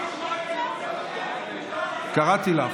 קראתי לך.